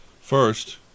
First